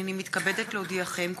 הנני מתכבדת להודיעכם,